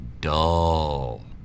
dull